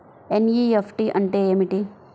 NEFT అంటే ఏమిటి?